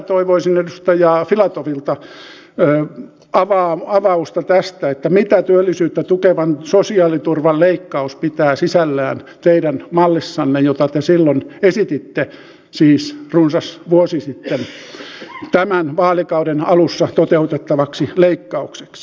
toivoisin edustaja filatovilta avausta tästä mitä teidän mallissanne pitää sisällään työllisyyttä tukevan sosiaaliturvan leikkaus jota te silloin siis runsas vuosi sitten tämän vaalikauden alussa esititte toteutettavaksi leikkaukseksi